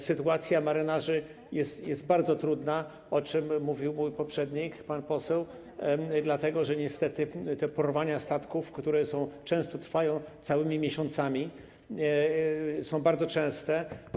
Sytuacja marynarzy jest bardzo trudna, o czym mówił mój poprzednik, pan poseł, dlatego że niestety porwania statków, które trwają całymi miesiącami, są bardzo częste.